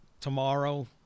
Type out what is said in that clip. tomorrow